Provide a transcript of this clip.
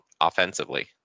offensively